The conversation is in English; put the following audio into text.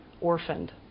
orphaned